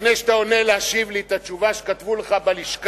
לפני שאתה עולה להשיב לי את התשובה שכתבו לך בלשכה,